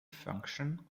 function